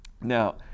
Now